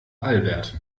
albert